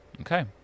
okay